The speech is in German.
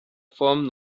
form